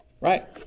right